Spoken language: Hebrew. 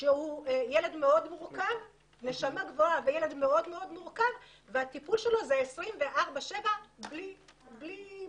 שהוא ילד מאוד מורכב עם נשמה גדולה והטיפול בו הוא 24/7 בלי הפסקות.